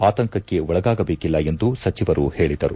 ಆತಂಕಕ್ತೆ ಒಳಗಾಗಬೇಕಿಲ್ಲ ಎಂದು ಸಚಿವರು ಹೇಳಿದರು